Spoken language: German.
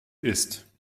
isst